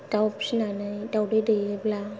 दाउ फिसिनानै दाउदै दैयोब्ला